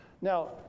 Now